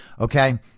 Okay